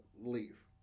leave